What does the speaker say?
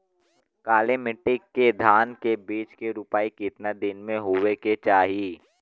काली मिट्टी के धान के बिज के रूपाई कितना दिन मे होवे के चाही?